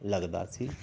ਲੱਗਦਾ ਸੀ